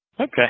Okay